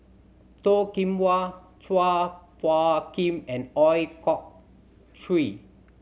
Toh Kim Hwa Chua Phung Kim and Ooi Kok Chuen